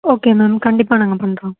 okay ma'am கண்டிப்பாக நாங்கள் பண்ணுறோம்